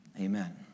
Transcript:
Amen